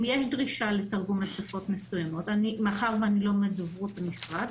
אם יש דרישה לתרגום לשפות מסוימות מאחר שאני לא מדוברות המשרד